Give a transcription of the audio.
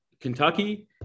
kentucky